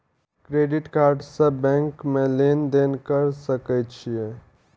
Credit card से bank में लेन देन कर सके छीये?